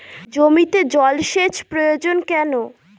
জমিতে জল সেচ প্রয়োজন কেন?